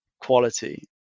quality